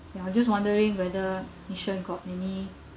ya just wondering whether Li-Sheng got any